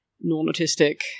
non-autistic